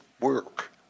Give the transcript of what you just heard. work